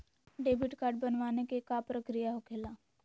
Debit card बनवाने के का प्रक्रिया होखेला?